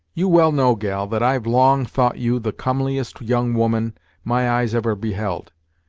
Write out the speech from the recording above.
you well know, gal, that i've long thought you the comeliest young woman my eyes ever beheld,